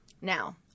Now